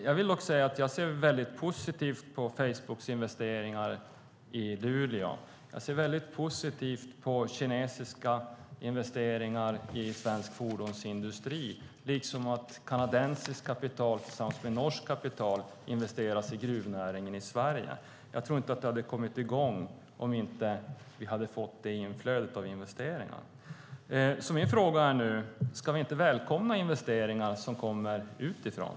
Jag ser mycket positivt på Facebooks investeringar i Luleå. Jag ser också mycket positivt på kinesiska investeringar i svensk fordonsindustri och på att kanadensiskt kapital tillsammans med norskt kapital investeras i gruvnäringen här i Sverige. Jag tror inte att det här hade kommit i gång om vi inte hade fått detta inflöde av investeringar. Ska vi inte välkomna investeringar som kommer utifrån?